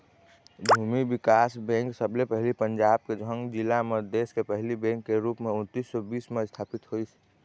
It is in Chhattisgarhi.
भूमि बिकास बेंक सबले पहिली पंजाब के झंग जिला म देस के पहिली बेंक के रुप म उन्नीस सौ बीस म इस्थापित होइस